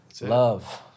Love